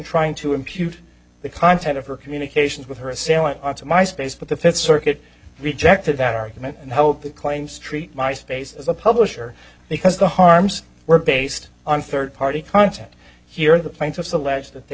trying to impute the content of her communications with her assailant to my space but the fifth circuit rejected that argument and hope the claims treat my space as a publisher because the harms were based on third party content here the plaintiffs allege that they